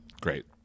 Great